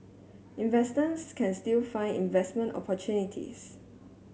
investors can still find investment opportunities